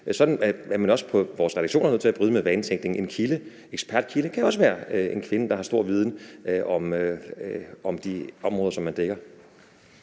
Sådan er man også på vores redaktioner nødt til at bryde med vanetænkningen. En ekspertkilde kan også være en kvinde, der har stor viden om de områder, som man dækker.